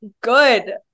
good